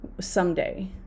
someday